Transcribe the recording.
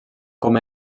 com